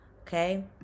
Okay